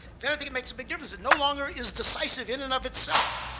then i think it makes a big difference. it no longer is decisive in and of itself.